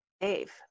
Dave